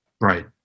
Right